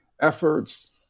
efforts